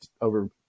over